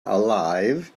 alive